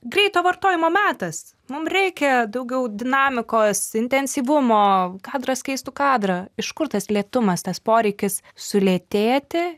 greito vartojimo metas mum reikia daugiau dinamikos intensyvumo kadras keistų kadrą iš kur tas lėtumas tas poreikis sulėtėti